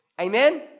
Amen